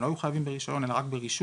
לא היו חייבים ברישיון אלא רק ברישום.